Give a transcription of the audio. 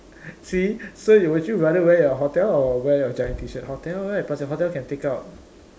see so would you rather wear your hotel or wear your giant T-shirt hotel right plus your hotel can take out